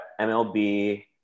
MLB